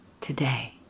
today